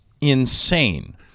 insane